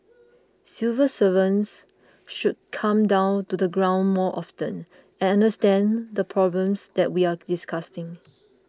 civil servants should come down to the ground more often and understand the problems that we're discussing